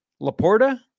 Laporta